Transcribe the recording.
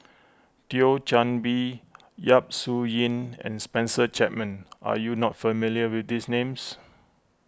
Thio Chan Bee Yap Su Yin and Spencer Chapman are you not familiar with these names